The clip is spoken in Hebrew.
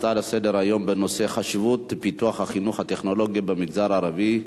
ההצעה לסדר-היום בנושא: חשיבות פיתוח החינוך הטכנולוגי במגזר הערבי,